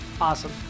awesome